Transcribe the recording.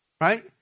right